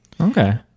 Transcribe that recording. Okay